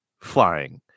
flying